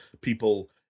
people